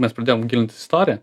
mes pradėjom gilintis istoriją